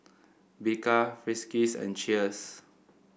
Bika Friskies and Cheers